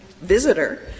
visitor